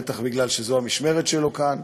בטח כי זו המשמרת שלו כאן.